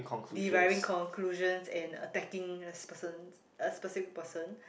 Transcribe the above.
deriving conclusions and attacking this person a specific person